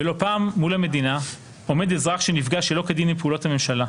ולא פעם מול המדינה עומד אזרח שנפגע שלא כדין מפעולות הממשלה.